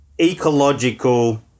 ecological